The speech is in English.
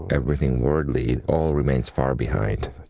everything worldly, it all remains far behind.